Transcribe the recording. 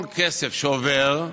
כל כסף שעובר,